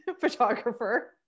photographer